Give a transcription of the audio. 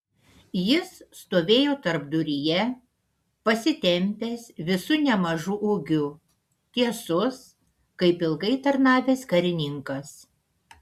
jis stovėjo tarpduryje pasitempęs visu nemažu ūgiu tiesus kaip ilgai tarnavęs karininkas